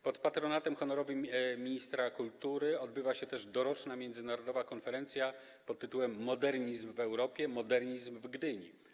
Pod patronatem honorowym ministra kultury odbywa się też doroczna międzynarodowa konferencja pt. „Modernizm w Europie - modernizm w Gdyni.